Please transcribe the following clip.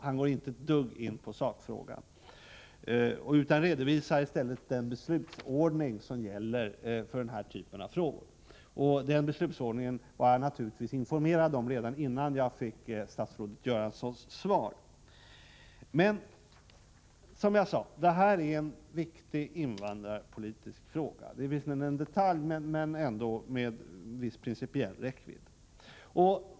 Han går över huvud taget inte in på sakfrågan utan redovisar i stället den beslutsordning som gäller för den här typen av frågor. Den beslutsordningen var jag naturligtvis informerad om redan innan jag fick statsrådet Göranssons svar. Som jag sade gäller det dock en viktig invandrarpolitisk fråga. Även om det är fråga om en detalj, har denna ändå en viss principiell räckvidd.